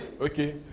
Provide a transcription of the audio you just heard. Okay